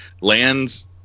lands